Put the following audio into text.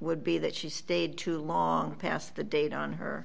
would be that she stayed too long past the date on her